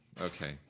Okay